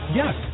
yes